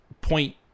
point